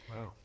Wow